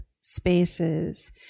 spaces